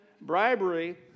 bribery